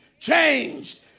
changed